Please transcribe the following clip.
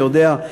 מי יודע,